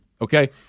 okay